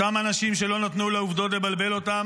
אותם אנשים שלא נתנו לעובדות לבלבל אותם